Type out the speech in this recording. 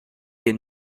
den